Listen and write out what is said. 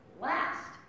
last